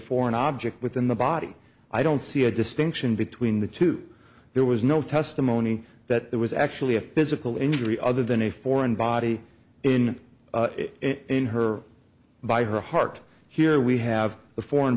foreign object within the body i don't see a distinction between the two there was no testimony that there was actually a physical injury other than a foreign body in it in her by her heart here we have the foreign